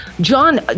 John